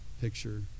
picture